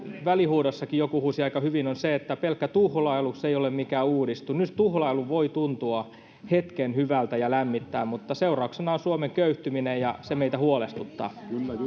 välihuudossakin joku huusi aika hyvin että pelkkä tuhlailu ei ole mikään uudistus tuhlailu voi tuntua hetken hyvältä ja lämmittää mutta seurauksena on suomen köyhtyminen ja se meitä huolestuttaa